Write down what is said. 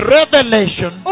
revelation